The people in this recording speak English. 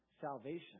Salvation